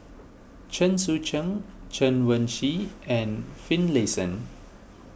Chen Sucheng Chen Wen Hsi and Finlayson